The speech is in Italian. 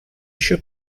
issue